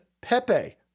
Pepe